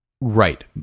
right